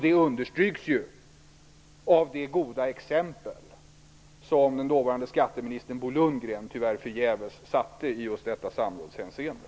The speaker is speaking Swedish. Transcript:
Det understryks av det goda exempel som den dåvarande skatteministern Bo Lundgren, tyvärr förgäves, satte i detta samrådshänseende.